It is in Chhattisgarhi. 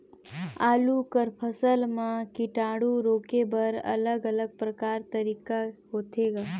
आलू कर फसल म कीटाणु रोके बर अलग अलग प्रकार तरीका होथे ग?